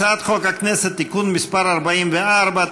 הצעת חוק הכנסת (תיקון מס' 44),